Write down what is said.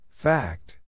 Fact